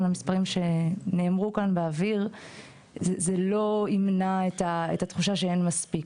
המספרים שנאמרו כאן באוויר זה לא ימנע את התחושה שאין מספיק,